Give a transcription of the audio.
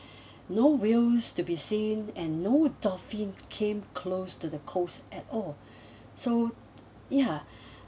no whales to be seen and no dolphin came close to the coast at all so ya